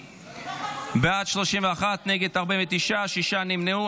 בעד, 31, נגד, 49, שישה נמנעו.